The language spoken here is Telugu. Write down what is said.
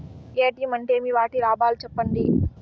ఎ.టి.ఎం అంటే ఏమి? వాటి లాభాలు సెప్పండి